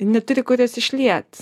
neturi kur jos išliet